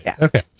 Okay